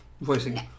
voicing